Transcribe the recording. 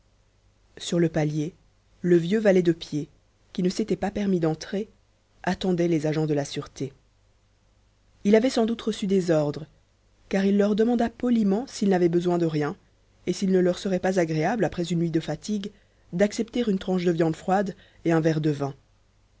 sur le palier le vieux valet de pied qui ne s'était pas permis d'entrer attendait les agents de la sûreté il avait sans doute reçu des ordres car il leur demanda poliment s'ils n'avaient besoin de rien et s'il ne leur serait pas agréable après une nuit de fatigues d'accepter une tranche de viande froide et un verre de vin